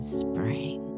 spring